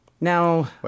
Now